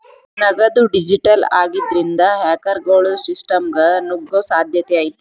ನಗದು ಡಿಜಿಟಲ್ ಆಗಿದ್ರಿಂದ, ಹ್ಯಾಕರ್ಗೊಳು ಸಿಸ್ಟಮ್ಗ ನುಗ್ಗೊ ಸಾಧ್ಯತೆ ಐತಿ